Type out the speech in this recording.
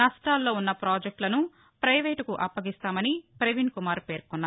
నష్టాల్లో ఉన్న ప్రాజెక్టులను పైవేటుకు అప్పగిస్తామని ప్రవీణ్కుమార్ పేర్కొన్నారు